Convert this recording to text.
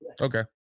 okay